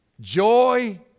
Joy